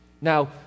Now